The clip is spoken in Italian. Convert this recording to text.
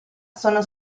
sono